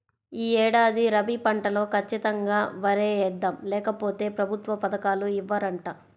యీ ఏడాది రబీ పంటలో ఖచ్చితంగా వరే యేద్దాం, లేకపోతె ప్రభుత్వ పథకాలు ఇవ్వరంట